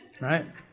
right